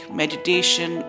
meditation